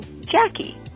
Jackie